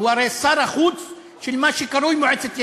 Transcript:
הוא הרי שר החוץ של מה שקרוי מועצת יש"ע.